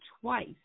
twice